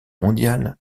mondiale